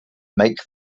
make